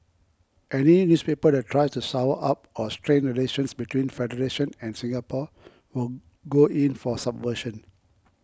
any newspaper that tries to sour up or strain relations between Federation and Singapore will go in for subversion